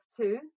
two